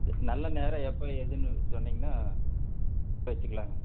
நல்ல நேரம் எப்போ ஏதுன்னு சொன்னிங்கன்னால் வெச்சுக்கலாங்க